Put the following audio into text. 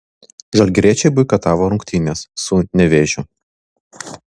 žalgiriečiai boikotavo rungtynes su nevėžiu